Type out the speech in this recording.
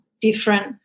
different